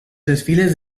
desfiles